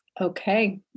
Okay